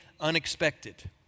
unexpected